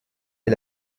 est